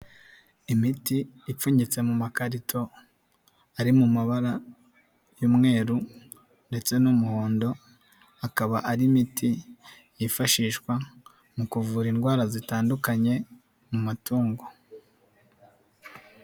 Imiti ipfunyitse mu makarito, ari mu mabara y'umweru ndetse n'umuhondo, akaba ari imiti yifashishwa mu kuvura indwara zitandukanye mu matungo.